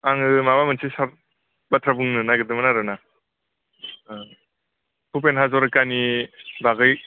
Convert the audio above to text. आङो माबा मोनसे बाथ्रा बुंनो नागिरदोंमोन आरोना ओ भुपेन हाजरिकानि बागै